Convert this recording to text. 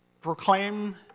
Proclaim